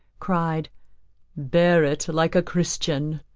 cried bear it like a christian,